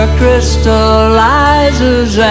crystallizes